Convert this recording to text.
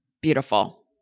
beautiful